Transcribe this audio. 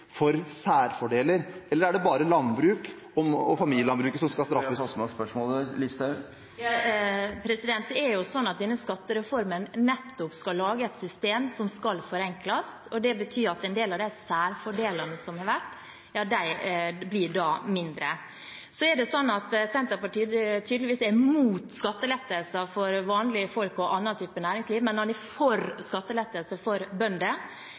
for særfordeler, eller er det bare landbruk , og familielandbruk, som skal straffes? Da er tiden ute. Vi har fått med oss spørsmålet. Denne skattereformen skal nettopp lage et system som skal forenkles. Det betyr at en del av de særfordelene som har vært, da blir mindre. Så er det tydeligvis sånn at Senterpartiet er imot skattelettelser for vanlige folk og andre typer næringsliv, men er for skattelettelser for bønder,